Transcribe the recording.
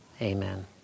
Amen